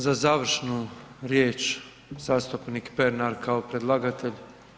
Za završnu riječ zastupnik Pernar kao predlagatelj.